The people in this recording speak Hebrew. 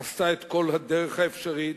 עשתה את כל הדרך האפשרית,